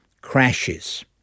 crashes